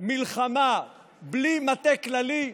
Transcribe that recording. מלחמה בלי מטה כללי?